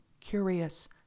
curious